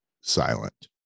silent